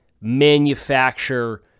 manufacture